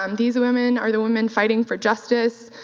um these women are the women fighting for justice.